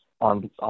on